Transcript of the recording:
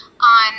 on